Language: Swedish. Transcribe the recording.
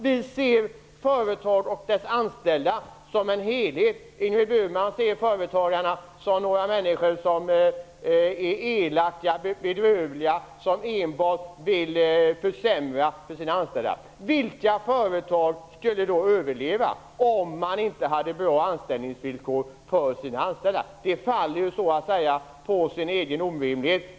Vi ser företag och dess anställda som en helhet. Ingrid Burman ser företagarna som elaka och bedrövliga människor som enbart vill försämra för sina anställda. Vilka företag skulle överleva om man inte hade bra anställningsvillkor för sina anställda? Det faller på sin egen orimlighet.